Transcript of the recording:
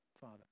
father